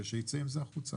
ושייצא עם זה החוצה.